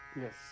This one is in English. Yes